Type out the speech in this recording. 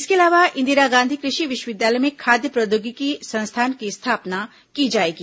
इसके अलावा इंदिरा गांधी कृषि विष्वविद्यालय में खाद्य प्रौद्योगिकी संस्थान की स्थापना की जाएगी